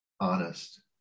honest